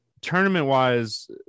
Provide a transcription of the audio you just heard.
Tournament-wise